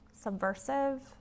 subversive